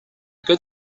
good